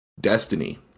Destiny